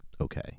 okay